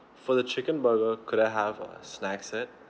for the chicken burger could I have a snacks set